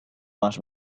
más